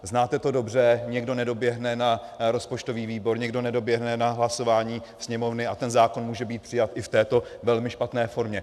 Znáte to dobře, někdo nedoběhne na rozpočtový výbor, někdo nedoběhne na hlasování Sněmovny a ten zákon může být přijat i v této velmi špatné formě.